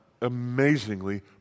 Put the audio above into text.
amazingly